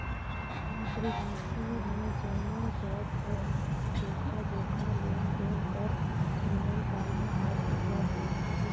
मौद्रिक नीति मे जम्मो जाएत कर लेखा जोखा, लेन देन कर नियम कानून हर सुग्घर ले रहथे